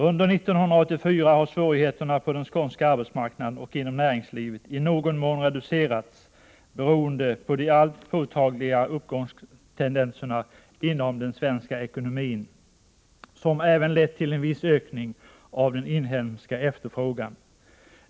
Under 1984 har svårigheterna på den skånska arbetsmarknaden och inom näringslivet i någon mån reducerats beroende på de allt påtagligare uppgångstendenserna inom den svenska ekonomin, som även lett till viss ökning av den inhemska efterfrågan.